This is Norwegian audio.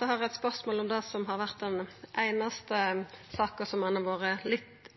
har vore spørsmål om den einaste saka ein har vore